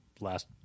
last